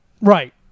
Right